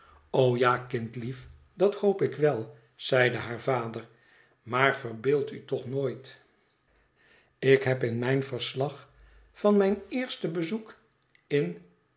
o ja kindlief dat hoop ik wel zeide haar vader maar verbeeld u toch nooit ik heb in mijn verslag van mijn eerste bezoek in